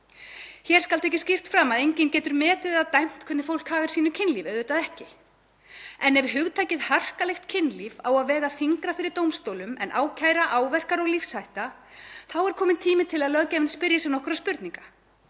Hér skal tekið skýrt fram að enginn getur metið eða dæmt hvernig fólk hagar sínu kynlífi, auðvitað ekki, en ef hugtakið harkalegt kynlíf á að vega þyngra fyrir dómstólum en ákæra, áverkar og lífshætta, þá er kominn tími til að löggjafinn spyrji sig nokkurra spurninga: